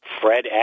Fred